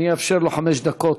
אני אאפשר לו חמש דקות,